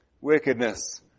wickedness